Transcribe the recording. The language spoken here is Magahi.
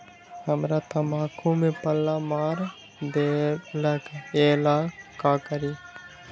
हमरा तंबाकू में पल्ला मार देलक ये ला का करी?